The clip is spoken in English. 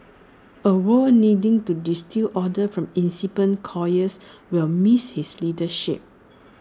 A world needing to distil order from incipient chaos will miss his leadership